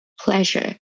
pleasure